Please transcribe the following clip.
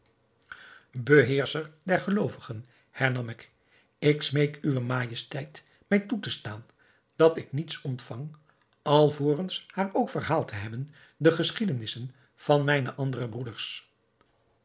der geloovigen hernam ik ik smeek uwe majesteit mij toe te staan dat ik niets ontvang alvorens haar ook verhaald te hebben de geschiedenissen van mijne andere broeders